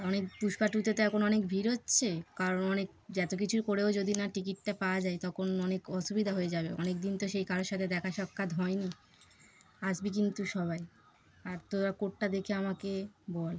অনেক পুষ্পা টুতে তো এখন অনেক ভিড় হচ্ছে কারণ অনেক যত কিছুর করেও যদি না টিকিটটা পাওয়া যায় তখন অনেক অসুবিধা হয়ে যাবে অনেক দিন তো সেই কারোর সাথে দেখা সাক্ষাৎ হয়নি আসবি কিন্তু সবাই আর তোরা কোর্টটা দেখে আমাকে বল